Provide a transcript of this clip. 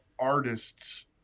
artists